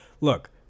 look